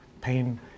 pain